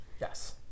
Yes